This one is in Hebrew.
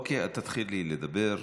אוקיי, תתחילי לדבר.